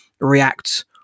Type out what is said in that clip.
react